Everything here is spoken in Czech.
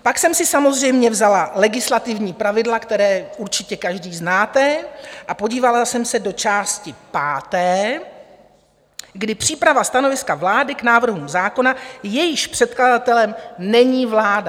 Pak jsem si samozřejmě vzala legislativní pravidla, která určitě každý znáte, a podívala jsem se do části páté, kde je příprava stanoviska vlády k návrhům zákona, jejímž předkladatelem není vláda.